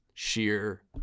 sheer